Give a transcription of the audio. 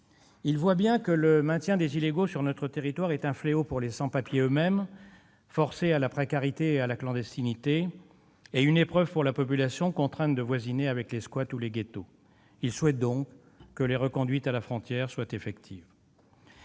Ils voient bien que le maintien des illégaux sur le territoire est un fléau pour les sans-papiers eux-mêmes, forcés à la précarité et à la clandestinité, et une épreuve pour la population, contrainte de voisiner avec les squats ou les ghettos. Ils souhaitent donc que les reconduites à la frontière soient effectives.